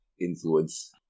influence